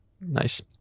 Nice